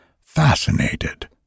fascinated